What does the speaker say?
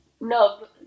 no